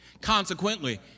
Consequently